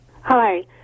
Hi